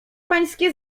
pańskie